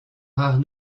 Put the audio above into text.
rares